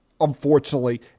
unfortunately